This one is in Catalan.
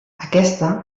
aquesta